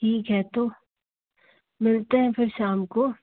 ठीक है तो मिलते हैं फिर शाम को